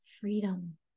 freedom